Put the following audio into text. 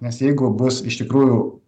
nes jeigu bus iš tikrųjų